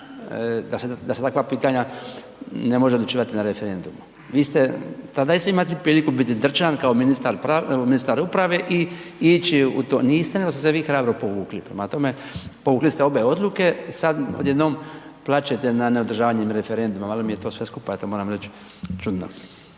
da se takva pitanje ne mogu odlučivati na referendumu. Vi ste, tada isto imali priliku biti drčan kao ministar uprave i ići u to. Niste nego ste se vi hrabro povukli. Prema tome, povukli ste obje odluke sada odjednom plačete nad neodržavanjem referenduma, malo mi je to sve skupa, ja to moram reći čudno.